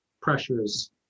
pressures